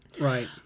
Right